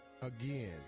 Again